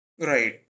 Right